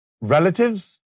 relatives